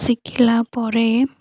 ଶିଖିଲା ପରେ